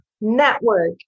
network